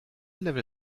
level